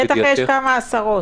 בטח יש כמה עשרות.